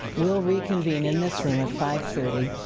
we'll reconvene in this room at five thirty,